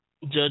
Judge